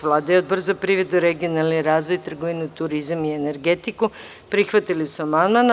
Vlada i Odbor za privredu, regionalni razvoj, trgovinu, turizam i energetiku prihvatili su amandman.